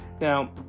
Now